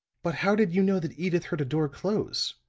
but how did you know that edyth heard a door close?